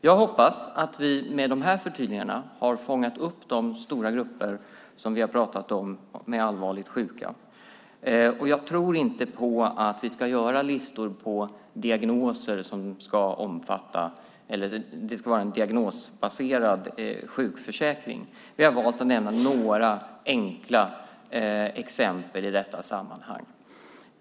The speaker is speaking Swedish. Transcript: Jag hoppas att vi med dessa förtydliganden har fångat upp de stora grupper som vi har pratat om, de allvarligt sjuka. Jag tror inte på att vi ska göra listor på diagnoser, att det ska vara en diagnosbaserad sjukförsäkring. Vi har valt att nämna några enkla exempel i detta sammanhang.